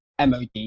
MOD